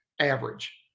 average